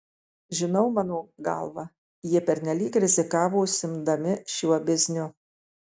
žinau mano galva jie pernelyg rizikavo užsiimdami šiuo bizniu